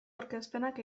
aurkezpenak